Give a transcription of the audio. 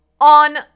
on